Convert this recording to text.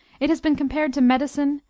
it has been compared to medicine,